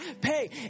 pay